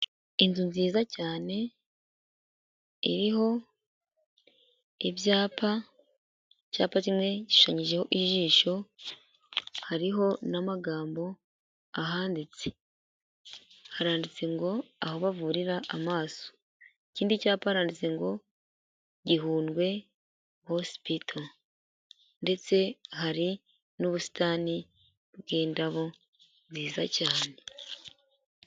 Inzu nziza cyane iriho ibyapa, icyapa kimwe gishushanyijeho ijisho, hariho n'amagambo ahanditse, haranditse ngo: "aho bavurira amaso". Ikindi cyapa haranditse ngo: "Gihundwe hosipital" ndetse hari n'ubusitani bw'indabo nziza cyane.